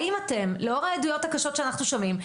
האם לאור העדויות הקשות שאנחנו שומעים,